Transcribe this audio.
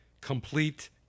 complete